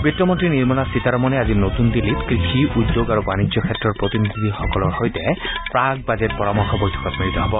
বিত্তমন্ত্ৰী নিৰ্মলা সীতাৰমনে আজি নতুন দিল্লীত কৃষি উদ্যোগ আৰু বাণিজ্য ক্ষেত্ৰৰ প্ৰতিনিধিসকলৰ সৈতে প্ৰাক্ বাজেট পৰামৰ্শ বৈঠকত মিলিত হ'ব